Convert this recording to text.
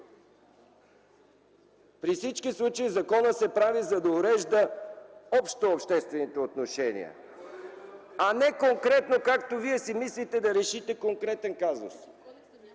При всички случаи законът се прави, за да урежда общо обществените отношения, а не конкретно, както вие си мислите, да решите конкретен казус.